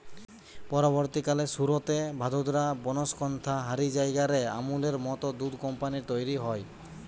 পরবর্তীকালে সুরতে, ভাদোদরা, বনস্কন্থা হারি জায়গা রে আমূলের মত দুধ কম্পানী তইরি হয়